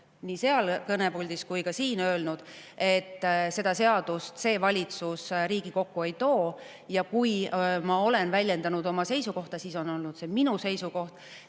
viidates infotunnile) kui ka siin öelnud, et seda seadust see valitsus Riigikokku ei too. Ja kui ma olen väljendanud oma seisukohta, siis on olnud see minu seisukoht.